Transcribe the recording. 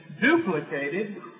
duplicated